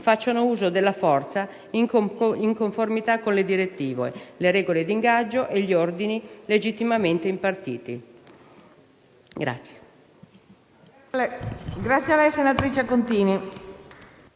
facciano uso della forza in conformità con le direttive, le regole d'ingaggio e gli ordini legittimamente impartiti.